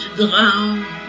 ground